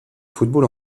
football